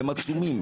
והם עצומים,